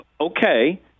Okay